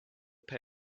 pay